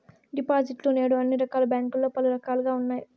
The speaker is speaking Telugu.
డిపాజిట్లు నేడు అన్ని రకాల బ్యాంకుల్లో పలు రకాలుగా ఉన్నాయి